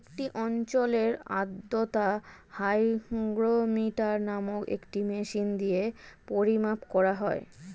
একটি অঞ্চলের আর্দ্রতা হাইগ্রোমিটার নামক একটি মেশিন দিয়ে পরিমাপ করা হয়